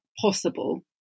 possible